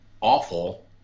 awful